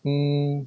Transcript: hmm